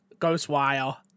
Ghostwire